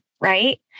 right